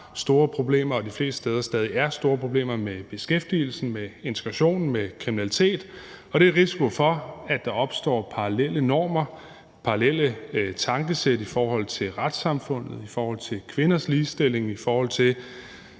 der de fleste steder stadig væk er store problemer med beskæftigelsen, integrationen og kriminalitet og risikoen for, at der opstår parallelle normer, parallelle tankesæt i forhold til retssamfundet, i forhold til kvinders ligestilling, i forhold til